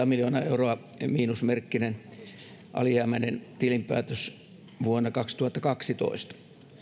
miljoonaa euroa miinusmerkkinen alijäämäinen tilinpäätös vuonna kaksituhattakaksitoista